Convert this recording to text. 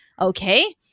Okay